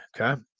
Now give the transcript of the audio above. Okay